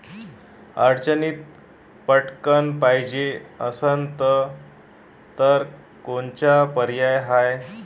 अडचणीत पटकण पायजे असन तर कोनचा पर्याय हाय?